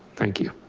thank you.